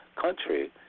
country